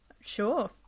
Sure